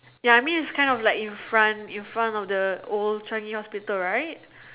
ya I mean it's kind of like in front in front of the old Changi hospital right